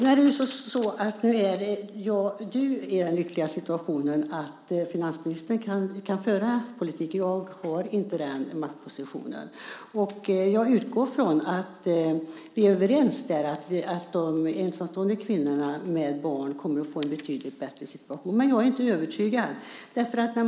Fru talman! Finansministern är i den lyckliga situationen att han kan föra fram en politik. Jag har inte den maktpositionen. Jag utgår från att vi är överens om att de ensamstående kvinnorna med barn kommer att få en betydligt bättre situation. Men jag är inte övertygad.